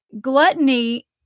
Gluttony